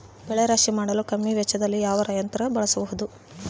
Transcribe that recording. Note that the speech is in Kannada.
ಬೆಳೆ ರಾಶಿ ಮಾಡಲು ಕಮ್ಮಿ ವೆಚ್ಚದಲ್ಲಿ ಯಾವ ಯಂತ್ರ ಬಳಸಬಹುದು?